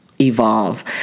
evolve